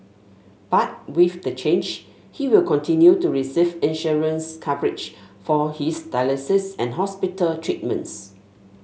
but with the change he will continue to receive insurance coverage for his dialysis and hospital treatments